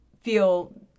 feel